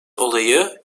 olayı